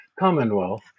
Commonwealth